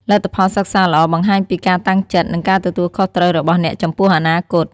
លទ្ធផលសិក្សាល្អបង្ហាញពីការតាំងចិត្ត និងការទទួលខុសត្រូវរបស់អ្នកចំពោះអនាគត។